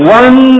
one